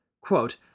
Quote